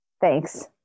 thanks